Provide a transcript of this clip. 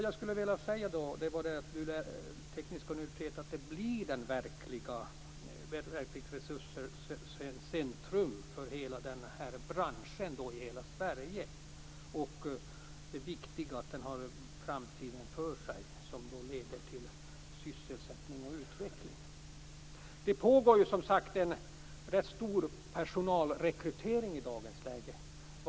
Hur skall man veta att det blir ett verkligt resurscentrum för hela branschen i Sverige? Det är viktigt att branschen har framtiden för sig, vilket leder till sysselsättning och utveckling. Det pågår en stor personalrekrytering i dagens läge.